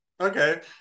okay